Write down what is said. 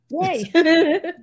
Yay